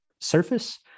surface